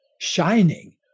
shining